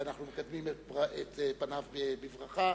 ואנחנו מקדמים את פניו בברכה,